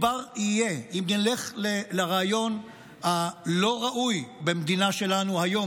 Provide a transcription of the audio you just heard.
אם נלך לרעיון הלא-ראוי במדינה שלנו היום,